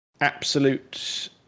absolute